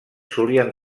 solien